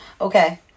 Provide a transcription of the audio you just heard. Okay